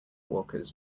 walkers